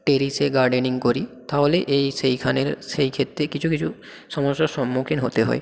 টেরেসে gardening করি তাহলে এই সেইখানের সেইক্ষেত্রে কিছু কিছু সমস্যার সন্মুখীন হতে হয়